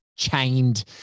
chained